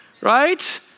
right